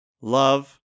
love